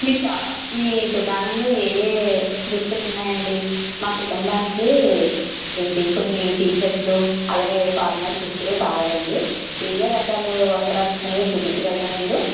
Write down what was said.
మీ షా మీ దుకాణంలో ఏ యే దుస్తులున్నాయి అండి మా కుటుంబానికి ఎంటి కొన్ని టీషర్ట్లు అలాగే ఫార్మల్ దుస్తులు కావాలండి ఏ యే రకాలు వస్త్రాలు ఉన్నాయో చూపించగలరా మీరు